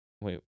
Wait